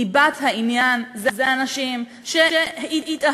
ליבת העניין היא אנשים שהתאהבו,